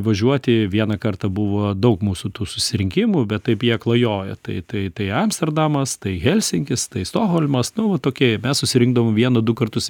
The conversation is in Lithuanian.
važiuoti vieną kartą buvo daug mūsų tų susirinkimų bet taip jie klajoja tai tai tai amsterdamas tai helsinkis tai stokholmas nu va tokie ir mes susirinkdavom vieną du kartus